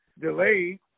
delayed